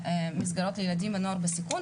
מסגרות לילדים ונוער בסיכון,